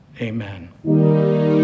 amen